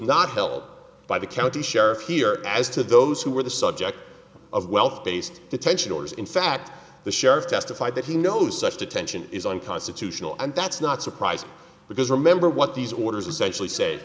not felt by the county sheriff here as to those who were the subject of wealth based detention orders in fact the sheriff testified that he knows such detention is unconstitutional and that's not surprising because remember what these orders essentially said